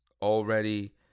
already